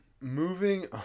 Moving